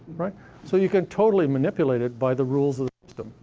so you can totally manipulate it by the rules of the system.